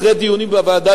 אחרי דיונים בוועדה,